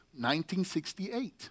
1968